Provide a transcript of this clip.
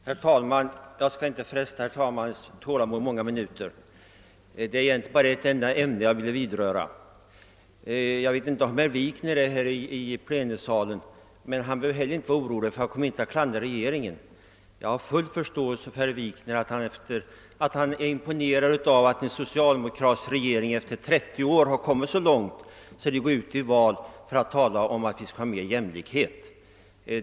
Herr talman! Jag skall inte fresta herr talmannens tålamod många minuter. Det är egentligen bara ett enda ämne jag vill vidröra. Jag vet inte om herr Wikner är här i plenisalen, men han behöver ändå inte vara orolig, eftersom jag inte kommer att kritisera regeringen. Jag förstår att herr Wikner är imponerad av att en socialdemokratisk regering efter 30 år har kommit så långt, att man går ut i val för att tala om mer jämlikhet.